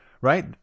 right